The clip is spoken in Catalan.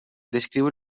descriu